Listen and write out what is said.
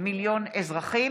מיליון אזרחים.